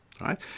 right